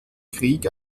krieg